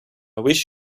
wish